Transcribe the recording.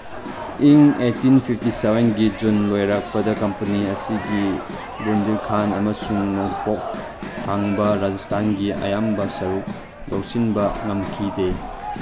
ꯏꯪ eighteen fifty ꯁꯕꯦꯟꯒꯤ June ꯂꯣꯏꯔꯛꯄꯗ ꯀꯝꯄꯅꯤ ꯑꯁꯤꯒꯤ ꯕꯨꯟꯗꯤꯜꯈꯥꯟ ꯑꯃꯁꯨꯡ ꯅꯣꯡꯄꯣꯛ ꯊꯪꯕ ꯔꯥꯖꯁꯊꯥꯟꯒꯤ ꯑꯌꯥꯝꯕ ꯁꯔꯨꯛ ꯂꯧꯁꯤꯟꯕ ꯉꯝꯈꯤꯗꯦ